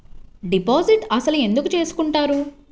Deposit అసలు ఎందుకు చేసుకుంటారు?